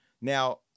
Now